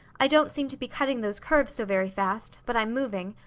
i don't seem to be cutting those curves so very fast but i'm moving.